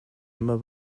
immer